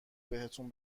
بهتون